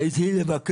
אני צריך לבקש